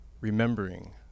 remembering